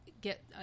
get